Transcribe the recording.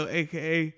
aka